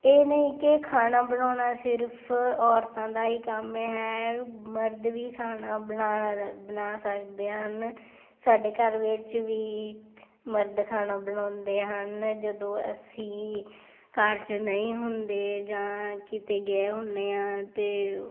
ਇਹ ਨਹੀਂ ਕਿ ਖਾਣਾ ਬਣਾਉਣਾ ਸਿਰਫ ਔਰਤਾਂ ਦਾ ਹੀ ਕੰਮ ਹੈ ਮਰਦ ਵੀ ਖਾਣਾ ਬਣਾ ਰ ਬਣਾ ਸਕਦੇ ਹਨ ਸਾਡੇ ਘਰ ਵਿੱਚ ਵੀ ਮਰਦ ਖਾਣਾ ਬਣਾਉਂਦੇ ਹਨ ਜਦੋਂ ਅਸੀਂ ਘਰ 'ਚ ਨਹੀਂ ਹੁੰਦੇ ਜਾਂ ਕਿਤੇ ਗਏ ਹੁੰਦੇ ਹਾਂ ਤਾਂ